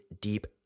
deep